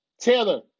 Taylor